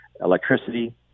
electricity